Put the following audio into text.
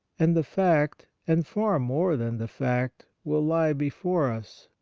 and the fact, and far more than the fact, will lie before us,